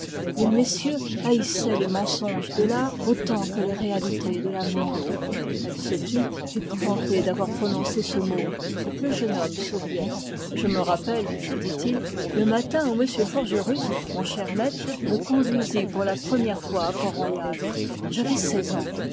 les messieurs haïssaient les mensonges de l'art autant que les réalités de l'amour elle se tut épouvantée d'avoir prononcé ce mot le jeune homme souriait je me rappelle dit-il le matin où m forgerus mon cher maître me conduisit pour la première fois à portroyal j'avais seize ans